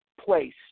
place